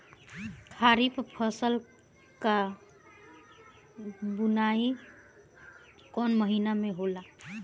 खरीफ फसल क बुवाई कौन महीना में होला?